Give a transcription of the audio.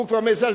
הם כבר מזלזלים,